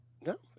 No